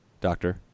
Doctor